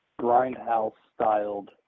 Grindhouse-styled